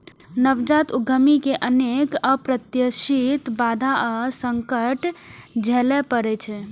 नवजात उद्यमी कें अनेक अप्रत्याशित बाधा आ संकट झेलय पड़ै छै